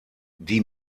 die